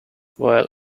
while